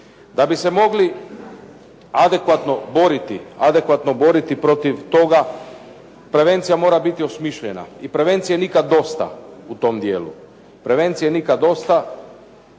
Da bi se mogli adekvatno boriti protiv toga, prevencija mora biti osmišljena i prevencije nikad dosta u tom dijelu. Svjedoci smo danas da